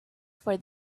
for